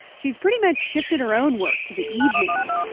she's pretty much shifted her own work to the evenings.